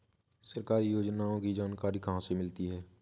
सरकारी योजनाओं की जानकारी कहाँ से मिलती है?